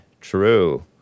true